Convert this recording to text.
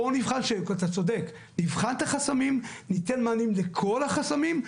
אתה צודק, נבחן את החסמים, ניתן מענים לכל החסמים.